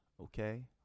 okay